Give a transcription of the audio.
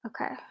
Okay